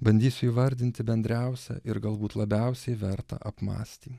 bandysiu įvardinti bendriausią ir galbūt labiausiai vertą apmąstymų